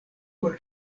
por